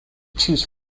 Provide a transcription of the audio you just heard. choose